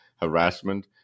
harassment